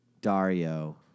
Dario